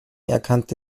erkannte